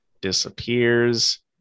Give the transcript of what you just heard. disappears